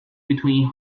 between